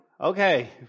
Okay